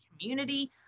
community